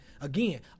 again